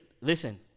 listen